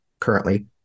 currently